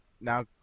Now